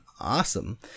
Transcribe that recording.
awesome